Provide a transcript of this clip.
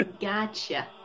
Gotcha